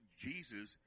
jesus